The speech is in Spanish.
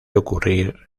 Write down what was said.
ocurrir